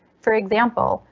for example,